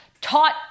Taught